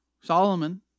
Solomon